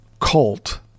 cult